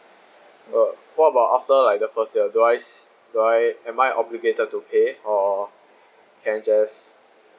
uh what about after like the first year do I do I am I obligated to pay or can I just